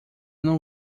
não